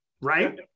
right